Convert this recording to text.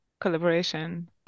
collaboration